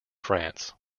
france